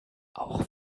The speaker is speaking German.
auch